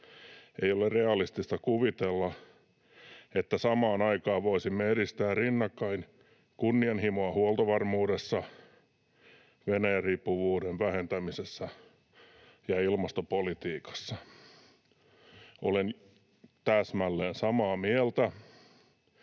Ei ole realistista kuvitella, että samaan aikaan voisimme edistää rinnakkain kunnianhimoa huoltovarmuudessa, Venäjä-riippuvuuden vähentämisessä ja ilmastopolitiikassa.” Olen täsmälleen samaa mieltä,